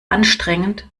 anstrengend